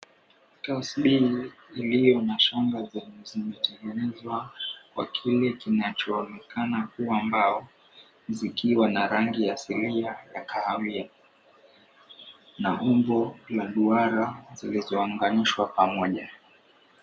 Tashbini iliyo na shanga zenye zimetengenezwa kwa kile kinachoonekana kuwa mbao zikiwa na rangi za kahawia na umbo la duara zilizounganishwa pamoja.